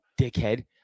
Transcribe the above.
dickhead